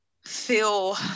Feel